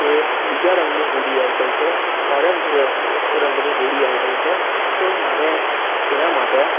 એ બીજા રંગની હુડી આવી ગઈ છે ઓરેન્જ રંગની હુડી આવી ગઈ છે તો મારે એના માટે